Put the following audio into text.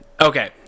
Okay